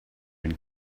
and